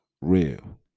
real